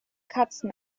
katzen